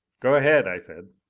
go ahead, i said.